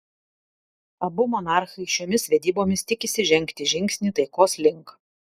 abu monarchai šiomis vedybomis tikisi žengti žingsnį taikos link